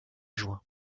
juin